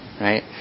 right